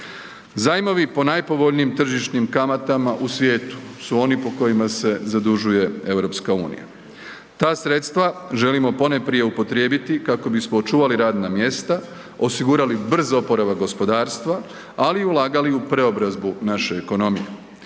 Zajmovi po najpovoljnijim tržišnim kamatama u svijetu su oni po kojima se zadužuje EU. Ta sredstva želimo ponajprije upotrijebiti kako bismo očuvali radna mjesta, osigurali brz oporavak gospodarstva, ali i ulagali u preobrazbu naše ekonomije